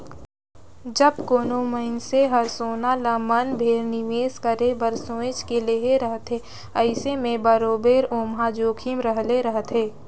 जब कोनो मइनसे हर सोना ल मन भेर निवेस करे बर सोंएच के लेहे रहथे अइसे में बरोबेर ओम्हां जोखिम रहले रहथे